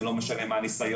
זה לא משנה מה הניסיון,